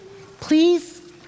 please